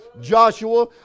Joshua